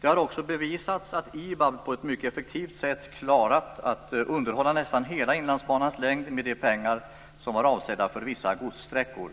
Det har också bevisats att IBAB på ett mycket effektivt sätt klarat att underhålla nästan hela Inlandsbanans längd med de pengar som var avsedda för vissa godssträckor.